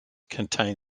contain